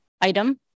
item